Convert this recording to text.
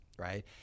Right